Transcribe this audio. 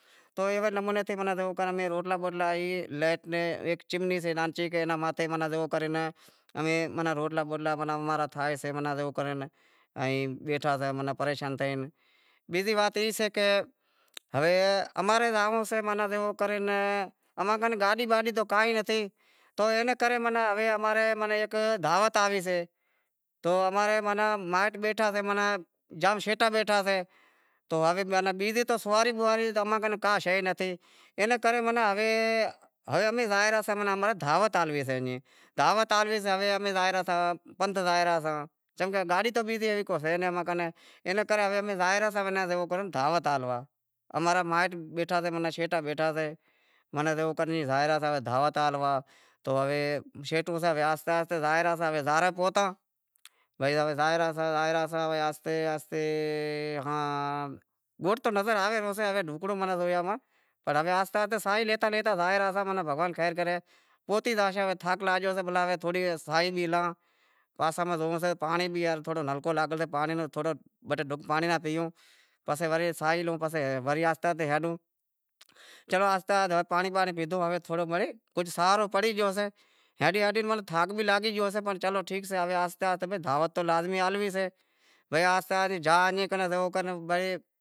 تو ایوے نمونے تی روٹلا باٹلا ای ہیک چمنی سے نانکی ایناں ماتھے زیوو کر ناں امارا روٹلا بوٹلا ماناں ٹھائیسیں زیوو کر ائیں بیٹھا ساں پریشان تھئی۔ بیزی وات ای سے کہ ہوے اماں نیں زانونڑو سے زیو کر اماں کنیں گاڈی تو کائیں نتھی تو اینے کرے ہوے اماں رے ماناں ہیک دعوت آوی سے کہ تو امارا مائیٹ بیٹھا سے ماناں جام شیٹا بیٹھا سے تو بیزی سواری بواری تو اماں کنیں کا شے نتھی انے کرے تو ہوے امیں زائے رہیاسیں ماناں دعوت ہالی سیے، دعوت آوی سے تو امیں پندھ زائے رہیا ہتا چمکہ گاڈی تو بیزی تو ہے نہیں امیں کنیں تو امیں زائے رہئا سے زیوو کر دعوت ہالوا۔ امارا مائیٹ بیٹھا سے ماناں شیٹا بیٹھا سے ماناں جیوو کر زائے رہیا ہتا دعوت ہالوا تو ہوے شیٹوں سے آہستے آہستے زائے رہیا ہتا ہوے زائے را پوہتاں بھئی ہوے زائے رہیا ساں زائے رہیا ساں آہستے آہستے ہاں گوٹھ تو نظر آوے رہیو سے ہوے ڈھکڑو ماناں زوئے آواں پنڑ ماناںآہستے آہستے ساہی لے را زائے رہیا ساں ماناں بھگوان خیر کرے پہچی زاشان تھاک لاگیو سے بھلا تھوڑی ساہی بھی لاں پاسے ماہ زویو سے کہ پانڑی رو بھی نلکو لاگل سے پانڑی بھی تھوڑو بہ ٹے ڈھک پانڑی را بھی پیئوں پسے ورے ساہی لوں پسے وری آہستے آہستے ہلوں چلو آہستے آہستے پانڑی بانڑی پیدہو ہوے تھوڑو وڑے کجھ سہارو پڑی گیو شے ہالی ہالی تھاک بھی لاگی شے پنڑ چلو ٹھیک سے ہوے آہستے آہستے دعوت تو لازمی ہالویں سے تو آہستے آہستے زیوکر بھئی